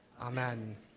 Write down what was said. Amen